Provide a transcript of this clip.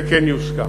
זה כן יושקע.